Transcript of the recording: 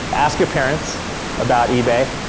ask your parents about ebay.